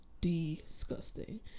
disgusting